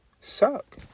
suck